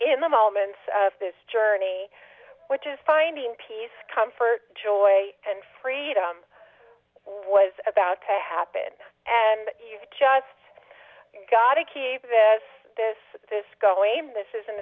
in the moments of this journey which is finding peace comfort joy and freedom was about to happen and you've just got to keep this this this going this is an